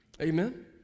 amen